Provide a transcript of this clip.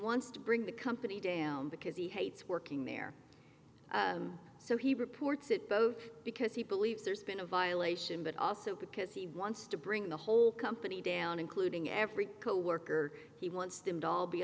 wants to bring the company down because he hates working there and so he reports it both because he believes there's been a violation but also because he wants to bring the whole company down including every coworker he wants them to all be